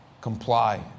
comply